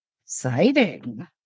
Exciting